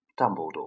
Dumbledore